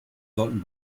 sollten